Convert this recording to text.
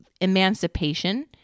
emancipation